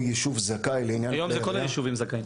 אישור לעניין --- היום כל היישובים זכאים.